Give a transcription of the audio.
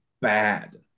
bad